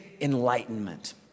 enlightenment